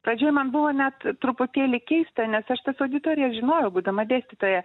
pradžioj man buvo net truputėlį keista nes aš tas auditorijas žinojau būdama dėstytoja